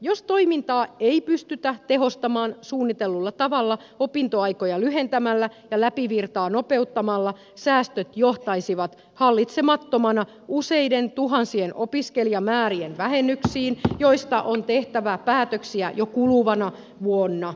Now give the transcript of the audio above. jos toimintaa ei pystytä tehostamaan suunnitellulla tavalla opintoaikoja lyhentämällä ja läpivirtaamaa nopeuttamalla säästöt johtaisivat hallitsemattomana useiden tuhansien opiskelijamäärien vähennyksiin joista on tehtävä päätöksiä jo kuluvana vuonna